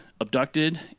abducted